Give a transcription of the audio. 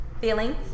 feelings